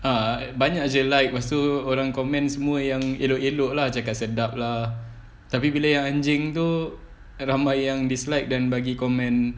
ah banyak jer like lepas tu korang comments semua yang elok-elok lah cakap sedap lah tapi bila yang anjing tu ramai yang dislike then bagi comment